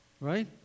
Right